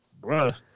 bruh